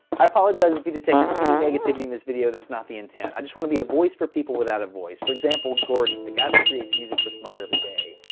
i apologize if you detected any negativity in this video, that's not the intent. i just want to be a voice for people without a voice. for example gordon, the guy that creates music for smarter every day.